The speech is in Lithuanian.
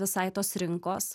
visai tos rinkos